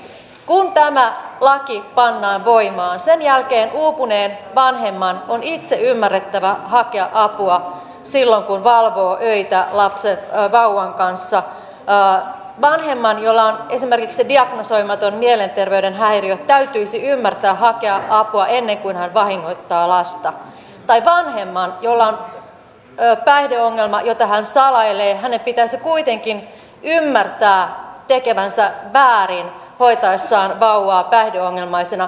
kun tämä laki pannaan voimaan sen jälkeen uupuneen vanhemman on itse ymmärrettävä hakea apua silloin kun valvoo öitä vauvan kanssa vanhemman jolla on esimerkiksi diagnosoimaton mielenterveyden häiriö täytyisi ymmärtää hakea apua ennen kuin hän vahingoittaa lasta tai vanhemman jolla on päihdeongelma jota hän salailee pitäisi kuitenkin ymmärtää tekevänsä väärin hoitaessaan vauvaa päihdeongelmaisena